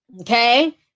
okay